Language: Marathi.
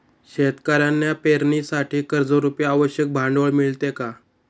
शेतकऱ्यांना पेरणीसाठी कर्जरुपी आवश्यक भांडवल मिळते का?